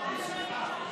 שלך?